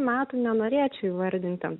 metų nenorėčiau įvardinti